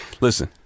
Listen